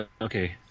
Okay